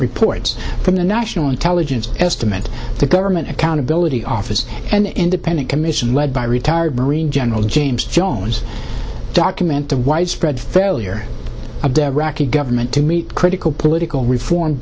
reports from the national intelligence estimate the government accountability office an independent commission led by retired marine general james jones document the widespread failure of dead raqi government to meet critical political reform